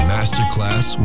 Masterclass